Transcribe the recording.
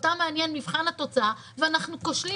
אותם מעניין מבחן התוצאה ואנחנו כושלים